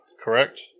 Correct